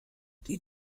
die